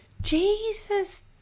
Jesus